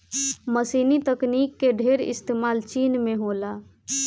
मशीनी तकनीक के ढेर इस्तेमाल चीन में होला